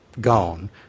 gone